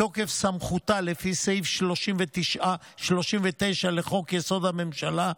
מתוקף סמכותה לפי סעיף 39 לחוק-יסוד: הממשלה,